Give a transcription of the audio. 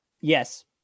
Yes